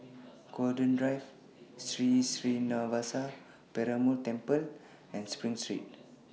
Golden Drive Sri Srinivasa Perumal Temple and SPRING Street